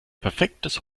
perfektes